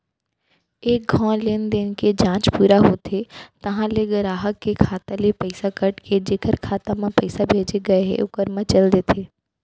एक घौं लेनदेन के जांच पूरा होथे तहॉं ले गराहक के खाता ले पइसा कट के जेकर खाता म पइसा भेजे गए हे ओकर म चल देथे